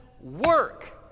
work